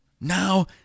Now